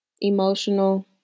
emotional